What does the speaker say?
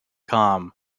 com